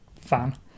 fan